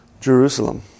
Jerusalem